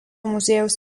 muziejaus